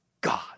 God